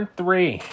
three